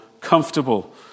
comfortable